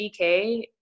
DK